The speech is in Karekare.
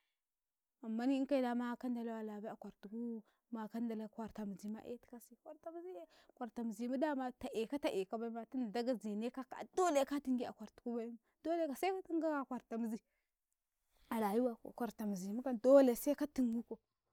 ammani, kaye dama kandalabai a kwartuku ma kandal kwarda mizima aetikasi, kwartamizi ae kwarta muzimu dama ta aeka ta aekabaima tunda Ndagei zenekaka a dole ka tinge a kwartukubai, doleka se katin guka a kwarta mizii' a rayuwa ko kwartamizimu kam dole se ka tungakau.